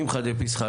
קמחא דפסחא,